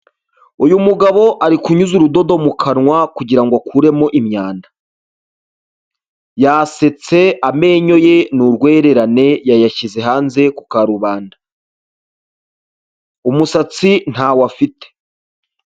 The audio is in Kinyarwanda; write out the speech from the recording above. Uyu mugabo ari kunyuza urudodo mu kanwa kugira ngo akuremo imyanda, yasetse amenyo ye ni urwererane yayashyize hanze ku karubanda, umusatsi ntawo afite.